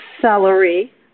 celery